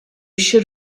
should